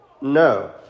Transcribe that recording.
No